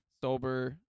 Sober